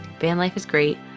van life is great,